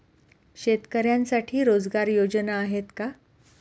शेतकऱ्यांसाठी रोजगार योजना आहेत का?